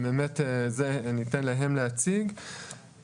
ניתן להם להציג את זה.